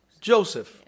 Joseph